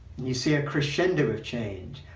you see a crescendo of change,